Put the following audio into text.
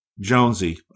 Jonesy